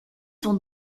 sont